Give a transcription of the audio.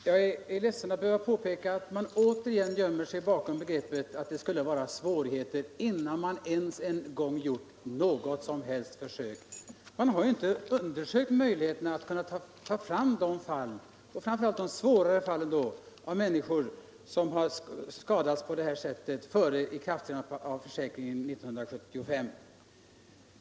Fru talman! Jag är ledsen att behöva påpeka att man återigen gömmer sig bakom talet om att det skulle vara svårigheter innan man ens gjort något försök. Man har ju inte undersökt möjligheterna att ta fram de fall — och framför allt de svåra fallen — då människor har skadats på detta sätt före ikraftträdandet av försäkringen 1975.